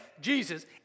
Jesus